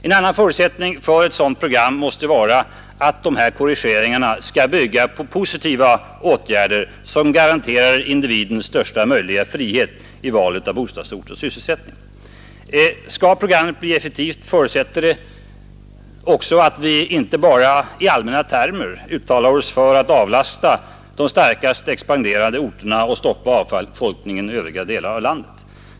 En annan förutsättning för ett sådant program måste vara att dessa korrigeringar skall bygga på positiva åtgärder, som garanterar individen största möjliga frihet i valet av bostadsort och sysselsättning. En förutsättning för att programmet skall bli effektivt är också att vi inte bara i allmänna termer uttalar oss för att avlasta de starkast expanderande orterna och stoppa avfolkningen i övriga delar av landet.